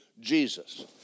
Jesus